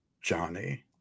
Johnny